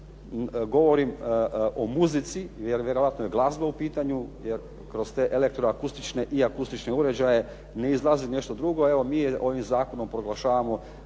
govorim o muzici, jer vjerojatno je glazba u pitanju jer kroz te akustične i elektroakustičke uređaje ne izlazi ništa drugo. Evo mi ovim zakonom proglašavamo